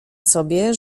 sobie